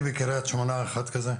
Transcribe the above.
בקריית שמונה יש מרפאה כזאת?